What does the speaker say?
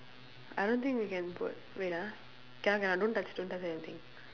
I don't think we can put wait ah cannot cannot don't touch don't touch anything